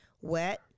wet